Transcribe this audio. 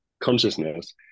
consciousness